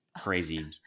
crazy